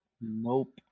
Nope